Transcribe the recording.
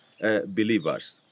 believers